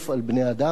על בני-אדם.